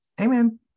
Amen